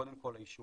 קודם כל האישורים,